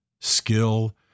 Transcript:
skill